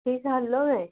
ସେଇଟା ନୁହେଁ